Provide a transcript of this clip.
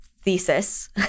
thesis